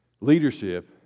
Leadership